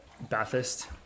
Bathurst